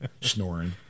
snoring